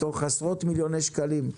מתוך עשרות מיליוני שקלים,